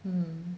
mm